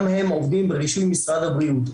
גם הם עובדים ברישוי משרד הבריאות,